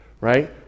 right